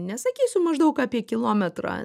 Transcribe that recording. nesakysiu maždaug apie kilometrą